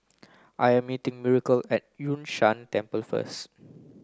I am meeting Miracle at Yun Shan Temple first